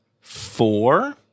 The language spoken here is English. four